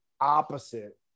opposite